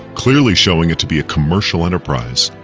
clearly showing it to be a commercial enterprise.